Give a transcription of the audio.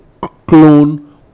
clone